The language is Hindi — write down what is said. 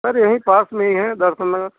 सर यही पास में ही है दर्शन नगर